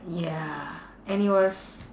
ya and it was